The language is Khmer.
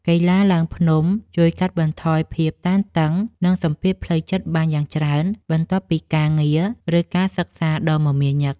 កីឡាឡើងភ្នំជួយកាត់បន្ថយភាពតានតឹង និងសម្ពាធផ្លូវចិត្តបានយ៉ាងច្រើន បន្ទាប់ពីការងារ ឬការសិក្សាដ៏មមាញឹក។